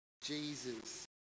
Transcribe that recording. Jesus